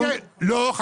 לא.